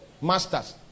Masters